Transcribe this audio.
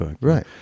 right